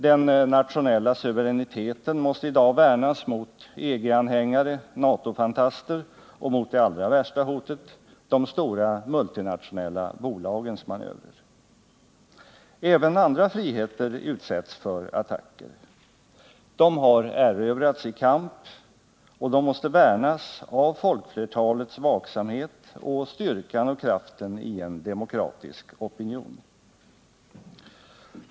Den nationella suveräniteten måste i dag värnas mot EG-anhängare, mot NATO-fantaster och mot det allra värsta hotet: de stora multinationella bolagens manövrer. Även andra friheter utsätts för attacker. De har erövrats i kamp, och de måste värnas av folkflertalets vaksamhet och styrkan och kraften i en demokratisk opinion.